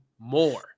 more